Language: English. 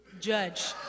judge